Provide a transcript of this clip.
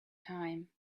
time